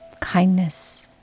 kindness